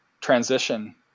transition